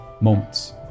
moments